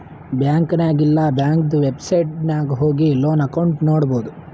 bank ನಾಗ್ ಇಲ್ಲಾ ಬ್ಯಾಂಕ್ದು ವೆಬ್ಸೈಟ್ ನಾಗ್ ಹೋಗಿ ಲೋನ್ ಅಕೌಂಟ್ ನೋಡ್ಬೋದು